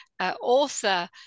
author